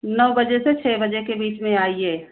नौ बजे से छः बजे के बीच में आइए